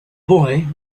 boy